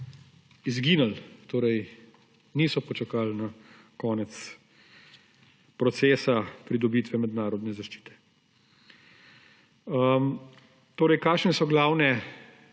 izginili. Torej, niso počakali na konec procesa pridobitve mednarodne zaščite. Kakšne so glavne